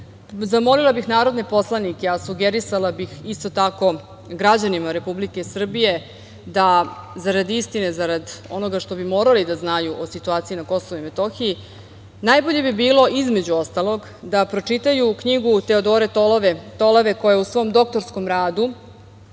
zamolila bih narodne poslanike, a sugerisala bih isto tako građanima Republike Srbije da zarad istine, zarad onoga što bi morali da znaju o situaciji na Kosovu i Metohiji, najbolje bi bilo, između ostalog, da pročitaju knjigu Teodore Tolove koja u svom doktorskom radu